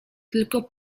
tylko